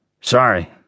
sorry